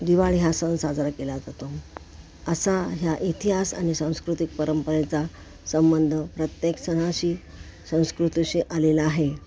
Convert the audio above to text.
दिवाळी हा सण साजरा केला जातो असा ह्या इतिहास आणि सांस्कृतिक परंपरेचा संबंध प्रत्येक सणाशी संस्कृतीशी आलेला आहे